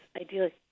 ideally